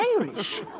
Irish